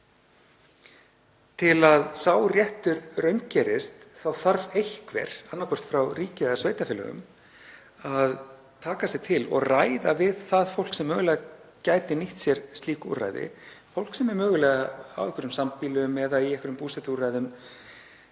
Til að sá réttur raungerist þarf einhver, annaðhvort frá ríki eða sveitarfélögum, að taka sig til og ræða við það fólk sem mögulega gæti nýtt sér slík úrræði, fólk sem er mögulega á einhverjum sambýlum eða í einhverjum búsetuúrræðum